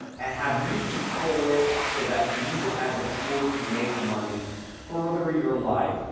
and have you control it so that use it as a tool to make money further your life.